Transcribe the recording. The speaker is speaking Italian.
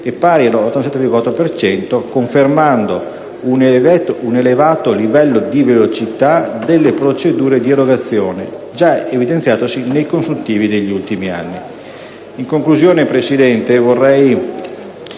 e pari all'87,4 per cento confermando un elevato livello di velocità delle procedure di erogazione già evidenziatosi nei consuntivi degli ultimi anni.